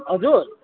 हजुर